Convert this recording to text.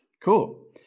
cool